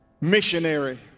missionary